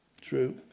True